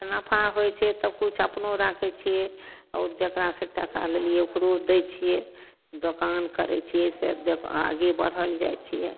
तऽ नफा होइ छै तऽ किछु अपनहु राखै छिए आओर जकरासे टका लेलिए ओकरो दै छिए दोकान करै छिए से आगे बढ़ल जाए छिए